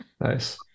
Nice